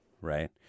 right